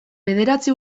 bederatzi